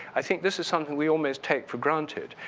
i think this is something we almost take for granted.